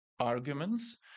arguments